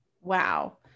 wow